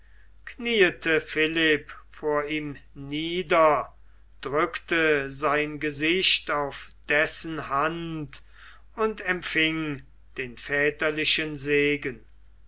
kniete philipp vor ihm nieder drückte sein gesicht auf dessen hand und empfing den väterlichen segen